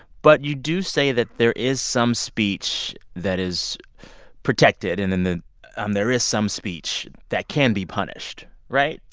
but you do say that there is some speech that is protected. and and then, um there is some speech that can be punished, right?